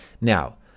Now